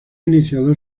iniciado